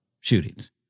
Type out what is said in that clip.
shootings